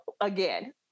again